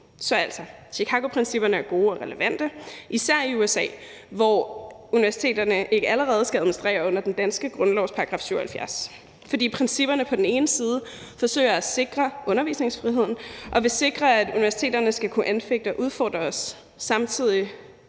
Chicagoprincipperne er altså gode og relevante, især i USA, hvor universiteterne ikke skal administrere under den danske grundlovs § 77 – fordi principperne på den ene side forsøger at sikre undervisningsfriheden og vil sikre, at universiteterne skal kunne anfægte og udfordre os, mens